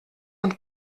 und